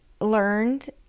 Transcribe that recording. learned